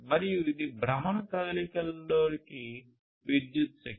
మరియు ఇది భ్రమణ కదలికలోకి విద్యుత్ శక్తి